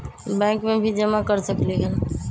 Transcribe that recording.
Bank में भी जमा कर सकलीहल?